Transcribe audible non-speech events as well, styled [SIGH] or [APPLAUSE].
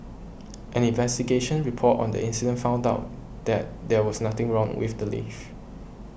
[NOISE] an investigation report on the incident found out that there was nothing wrong with the lift